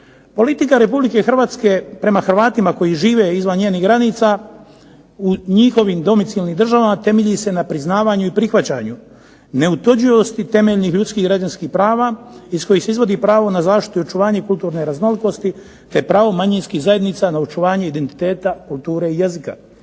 Politika Republike Hrvatske prema Hrvatima koji žive izvan njenih granica u njihovim domicilnim državama temelji se na priznavanju i prihvaćanju neotuđivosti temeljnih ljudskih i građanskih prava iz kojih se izvodi pravo na zaštitu i očuvanje kulturne raznolikosti, te pravo manjinskih zajednica na očuvanje identiteta kulture i jezika,